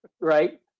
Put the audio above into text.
right